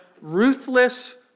ruthless